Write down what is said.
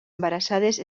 embarassades